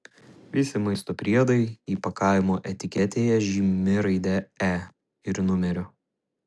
visi maisto priedai įpakavimo etiketėje žymimi raide e ir numeriu